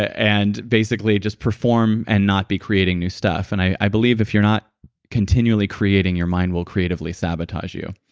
and basically just perform and not be creating new stuff. and i believe if you're not continually creating, your mind will creatively sabotage you